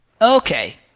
Okay